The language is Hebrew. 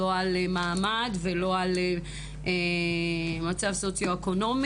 לא על מעמד ולא על מצב סוציואקונומי.